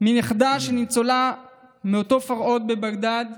של נכדה של ניצולה מאותו פרהוד בבגדאד.